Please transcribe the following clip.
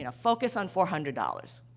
and focus on four hundred dollars.